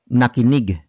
nakinig